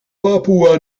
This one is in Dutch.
papoea